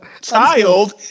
child